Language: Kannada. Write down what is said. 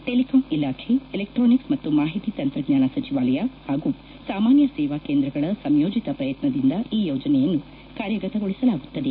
ಟೆಲಿಕಾಂ ಇಲಾಖೆ ಎಲೆಕ್ವಾನಿಕ್ಸ್ ಮತ್ತು ಮಾಹಿತಿ ತಂತ್ರಜ್ಞಾನ ಸಚಿವಾಲಯ ಹಾಗೂ ಸಾಮಾನ್ಯ ಸೇವಾ ಕೇಂದ್ರಗಳ ಸಂಯೋಜಿತ ಪ್ರಯತ್ನದಿಂದ ಈ ಯೋಜನೆಯನ್ನು ಕಾರ್ಯಗತಗೊಳಿಸಲಾಗುತ್ತದೆ